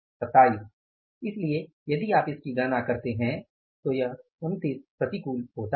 27 इसलिए यदि आप इसकी गणना करते हैं तो यह 29 प्रतिकूल होता है